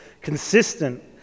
consistent